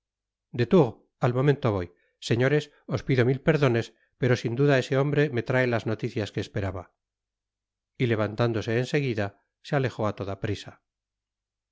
tours al momento voy señores os pido mil perdones pero sin duda ese hombre me trae las noticias que esperaba y levantándose en seguida se alejó á toda prisa